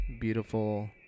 beautiful